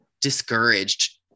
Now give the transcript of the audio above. discouraged